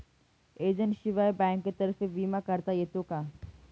एजंटशिवाय बँकेतर्फे विमा काढता येतो का?